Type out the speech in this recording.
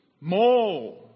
more